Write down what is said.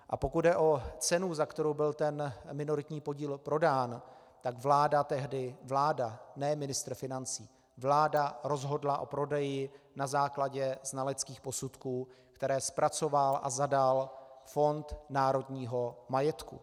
A pokud jde o cenu, za kterou byl minoritní podíl prodán, vláda tehdy vláda, ne ministr financí rozhodla o prodeji na základě znaleckých posudků, které zpracoval a zadal Fond národního majetku.